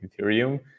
ethereum